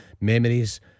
memories